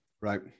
right